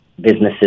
Businesses